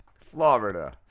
Florida